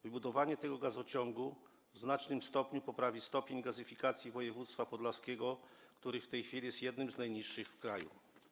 Wybudowanie tego gazociągu w znacznym stopniu poprawi stopień gazyfikacji województwa podlaskiego, który w tej chwili jest jednym z najniższych w kraju.